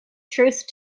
truth